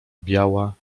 biała